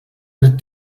dret